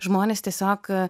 žmonės tiesiog